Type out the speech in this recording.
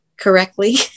correctly